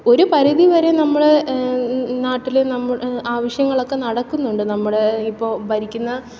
ഒരു പരിധി വരെ നമ്മൾ നാട്ടിൽ നമ്മൾ ആവശ്യങ്ങളൊക്കെ നടക്കുന്നുണ്ട് നമ്മുടെ ഇപ്പോൾ ഭരിക്കുന്ന